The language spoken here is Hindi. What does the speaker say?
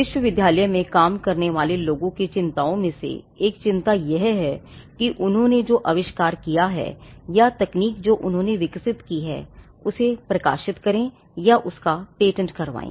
विश्वविद्यालय में काम करने वाले लोगों की चिंताओं में से एक चिंता यह है कि उन्होंने जो आविष्कार किया है या तकनीक जो उन्होंने विकसित की है उसे प्रकाशित करें या उसका पेटेंट करवाएँ